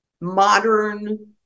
modern